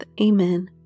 Amen